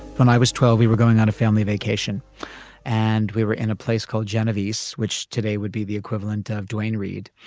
when i was twelve, we were going on a family vacation and we were in a place called genevieve's, which today would be the equivalent of duane reade,